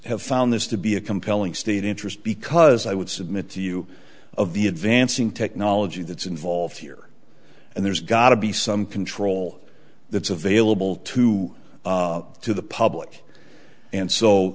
have found this to be a compelling state interest because i would submit to you of the advancing technology that's involved here and there's got to be some control that's available to to the public and so